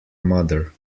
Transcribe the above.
mother